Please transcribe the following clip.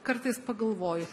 kartais pagalvoju